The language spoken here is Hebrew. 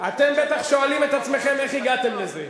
אתם בטח שואלים את עצמכם איך הגעתם לזה.